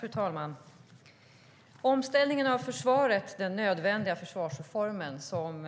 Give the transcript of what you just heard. Fru talman! Omställningen av försvaret, den nödvändiga försvarsreformen som